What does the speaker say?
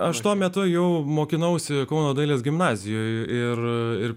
aš tuo metu jau mokinausi kauno dailės gimnazijoje ir